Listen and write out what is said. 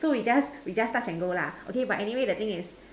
so we just we just touch and go lah okay but anyway the thing is